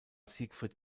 siegfried